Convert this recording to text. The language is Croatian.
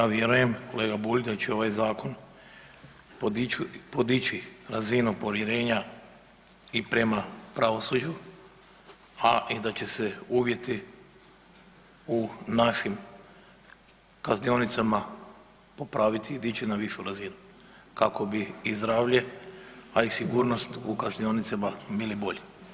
Ja vjerujem kolega Bulj da će ovaj zakon podići razinu povjerenja i prema pravosuđu, a i da će se uvjeti u našim kaznionicama popraviti i dići na višu razinu kako bi i zdravlje, ali i sigurnost u kaznionicama bili bolji.